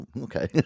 okay